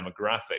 demographic